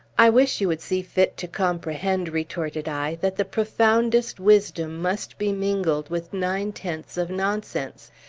i wish you would see fit to comprehend, retorted i, that the profoundest wisdom must be mingled with nine tenths of nonsense,